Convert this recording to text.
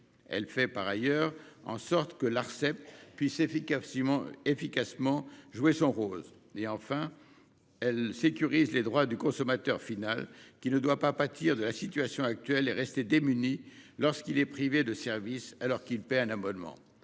Elle fait par ailleurs en sorte que l'Arcep puisse jouer efficacement son rôle. Enfin, elle sécurise les droits du consommateur final, qui ne doit pas pâtir de la situation actuelle et rester démuni lorsqu'il est privé de services, alors même qu'il paie un abonnement.